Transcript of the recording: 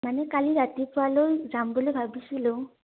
মানে কালি ৰাতিপুৱালৈ যাম বুলি ভাবিছিলোঁ